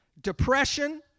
depression